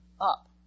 up